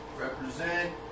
Represent